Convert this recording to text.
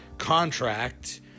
contract